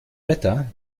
wetter